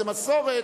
זה מסורת,